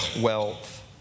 wealth